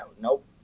Nope